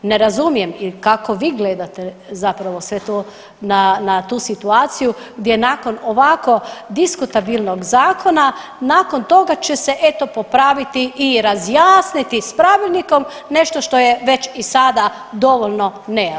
Ne razumijem kako vi gledate zapravo sve to na tu situaciju gdje nakon ovako diskutabilnog zakona nakon toga će se eto popraviti i razjasniti s pravilnikom nešto što je već i sada dovoljno nejasno.